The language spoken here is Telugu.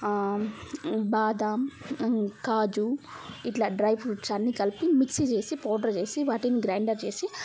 బాదం కాజు ఇట్లా డ్రై ఫ్రూట్స్ అన్ని కలిపి మిక్సి చేసి పౌడర్ చేసి వాటిని గ్రైండర్ చేసి